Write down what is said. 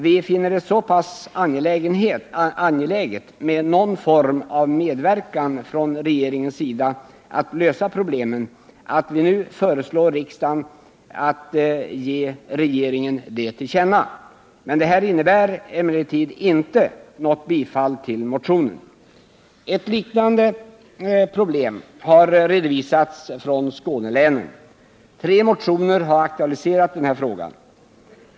Vi finner det så pass angeläget med någon form av medverkan från regeringens sida när det gäller att lösa problemen att vi nu föreslår riksdagen att ge regeringen detta till känna. Det här innebär emellertid inte något tillstyrkande av motionen. Ett liknande problem har redovisats från Skånelänens sida. I tre motioner har frågan aktualiserats.